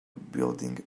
building